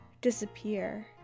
disappear